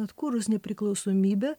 atkūrus nepriklausomybę